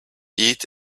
eat